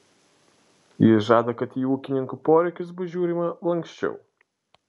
jis žada kad į ūkininkų poreikius bus žiūrima lanksčiau